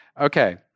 Okay